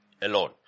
alone